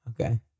Okay